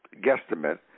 guesstimate